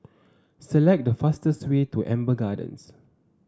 select the fastest way to Amber Gardens